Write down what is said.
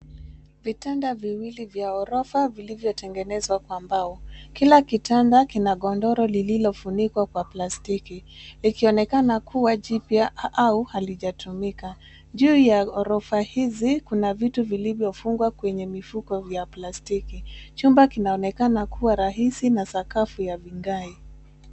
Vitanda viwili vya ghorofa vilivyo tengenezwa kwa mbao. Kila kitanda lina godoro lililofunikwa kwa plastiki likonekana kuwa jipya au halijatumika. Juu ya ghorofa hizi kuna vitu vilivyo fungwa kwenye mifuko vya plastiki. Chumba kinaonekana kuwa rahisi na sakafu ya vigae.